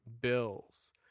bills